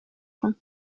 ponts